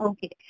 Okay